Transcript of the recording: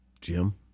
Jim